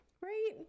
Right